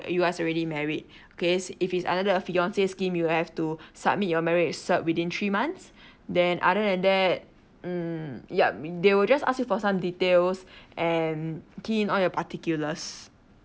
you guys already married okay if it's under the fiancee scheme you have to submit your marriage cert within three months then other than that mm yup they will just ask you for some details and key in all your particulars